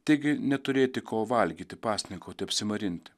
taigi neturėti ko valgyti pasninkauti apsimarinti